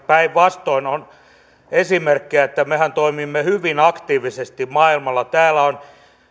päinvastoin on esimerkkejä että mehän toimimme hyvin aktiivisesti maailmalla täällä on